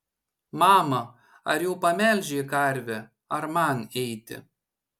mama ar jau pamelžei karvę ar man eiti